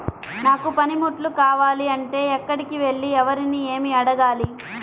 నాకు పనిముట్లు కావాలి అంటే ఎక్కడికి వెళ్లి ఎవరిని ఏమి అడగాలి?